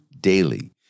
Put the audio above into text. daily